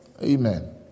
Amen